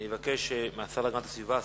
אני מבקש מהשר להגנת הסביבה,